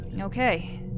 Okay